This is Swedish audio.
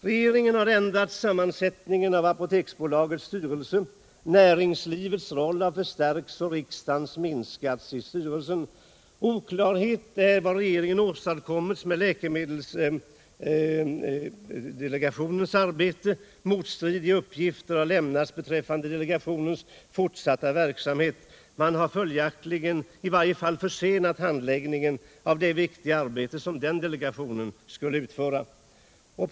Regeringen har ändrat sammansättningen av Apoteksbolagets styrelse — näringslivets roll har förstärkts och riksdagens har minskats. Oklarhet är vad regeringen åstadkommit med läkemedelsdelegationens arbete. Motstridiga uppgifter har lämnats beträffande delegationens fortsatta verksamhet. Man har följaktligen i varje fall försenat handläggningen av de viktiga frågor som delegationen hade till uppgift att lösa.